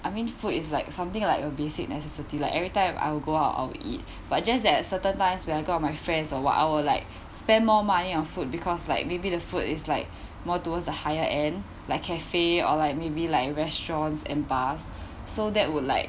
I mean food is like something like a basic necessity like everytime I would go out I'll eat but just that at certain times when I go out with my friends or what I will like spend more money on food because like maybe the food is like more towards a higher end like cafe or like maybe like restaurants and bars so that would like